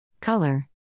Color